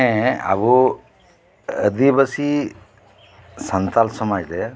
ᱦᱮᱸ ᱟᱵᱚ ᱟᱹᱫᱤᱵᱟᱹᱥᱤ ᱥᱟᱛᱟᱲ ᱥᱚᱢᱟᱡ ᱨᱮ